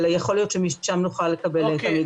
אבל יכול להיות שמשם נוכל לקבל את המידע.